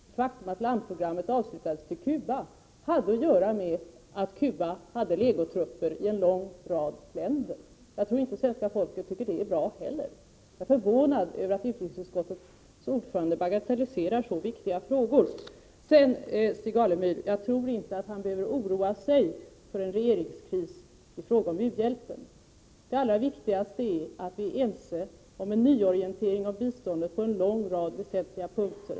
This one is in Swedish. Det faktum att landprogrammet till Cuba avslutades hade att göra med att Cuba hade legotrupper i en lång rad länder. Jag tror inte att svenska folket tycker att det är bra. Jag är således förvånad över att utskottets ordförande bagatelliserar så viktiga frågor. Jag tror inte att Stig Alemyr behöver oroa sig för en borgerlig regeringskris i fråga om u-hjälpen. Det allra viktigaste är att vi är ense om en nyorientering av biståndet på en lång rad väsentliga punkter.